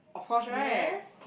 yes